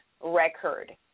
record